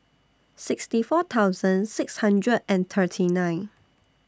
sixty four thousand six hundred and thirty nine